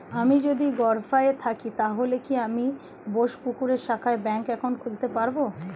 আমি যদি গরফায়ে থাকি তাহলে কি আমি বোসপুকুরের শাখায় ব্যঙ্ক একাউন্ট খুলতে পারবো?